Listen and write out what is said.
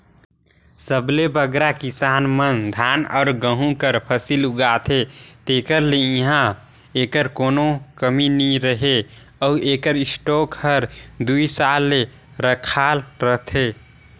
सबले बगरा किसान मन धान अउ गहूँ कर फसिल उगाथें तेकर ले इहां एकर कोनो कमी नी रहें अउ एकर स्टॉक हर दुई साल ले रखाल रहथे